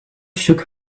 shook